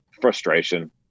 frustration